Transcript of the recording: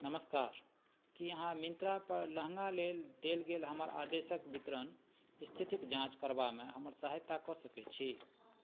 नमस्कार की अहाँ मिन्त्रापर लहङ्गा लेल देल गेल हमर आदेशक वितरण स्थितिक जाँच करबामे हमर सहायता कऽ सकय छी